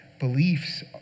beliefs